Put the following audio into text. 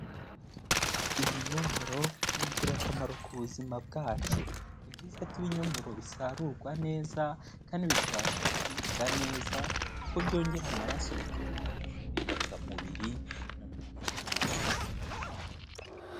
Ibinyomoro ni ingirakamaro ku buzima bwacu, ni byiza ko ibinyomoro bisarurwa neza kandi bikabasha kuribwa neza, kuko byongera amaraso bikongera n'izindi ntungamubiri mu mubiri wacu.